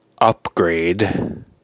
Upgrade